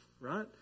right